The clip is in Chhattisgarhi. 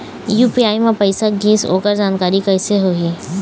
यू.पी.आई म पैसा गिस ओकर जानकारी कइसे होही?